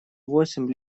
восемь